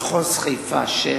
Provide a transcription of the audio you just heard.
מחוז חיפה, שישה,